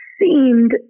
seemed